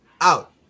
out